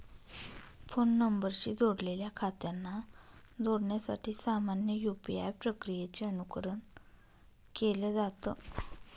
phone नंबरशी जोडलेल्या खात्यांना जोडण्यासाठी सामान्य यू.पी.आय प्रक्रियेचे अनुकरण केलं जात